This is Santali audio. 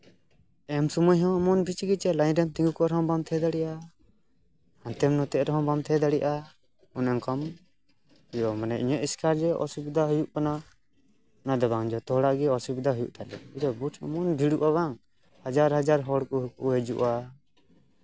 ᱮᱢ ᱥᱚᱢᱚᱭ ᱦᱚᱸ ᱮᱢᱚᱱ ᱠᱤᱪᱷᱩ ᱠᱤᱪᱷᱩ ᱞᱟᱭᱤᱱ ᱨᱮᱢ ᱛᱤᱸᱜᱩ ᱠᱚᱜ ᱨᱮᱦᱚᱸ ᱵᱟᱢ ᱛᱟᱦᱮᱸ ᱫᱟᱲᱮᱭᱟᱜᱼᱟ ᱦᱟᱱᱛᱮ ᱱᱟᱛᱮᱜ ᱨᱮᱦᱚᱸ ᱵᱟᱢ ᱛᱟᱦᱮᱸ ᱫᱟᱲᱮᱭᱟᱜᱼᱟ ᱚᱱᱮ ᱚᱱᱠᱟᱢ ᱦᱩᱭᱩᱜᱼᱟ ᱢᱟᱱᱮ ᱤᱧᱟᱹᱜ ᱮᱥᱠᱟᱨ ᱡᱮ ᱚᱥᱩᱵᱤᱫᱷᱟ ᱦᱩᱭᱩᱜ ᱠᱟᱱᱟ ᱱᱚᱣᱟ ᱫᱚ ᱵᱟᱝ ᱡᱚᱛᱚ ᱦᱚᱲᱟᱜ ᱜᱮ ᱚᱥᱩᱵᱤᱫᱷᱟ ᱦᱩᱭᱩᱜ ᱛᱟᱞᱮᱭᱟ ᱵᱩᱡᱷᱟᱹᱣ ᱵᱩᱛᱷ ᱮᱢᱚᱱ ᱵᱷᱤᱲᱚᱜᱼᱟ ᱵᱟᱝ ᱦᱟᱡᱟᱨ ᱦᱟᱡᱟᱨ ᱦᱚᱲ ᱠᱚ ᱦᱤᱡᱩᱜᱼᱟ